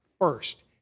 first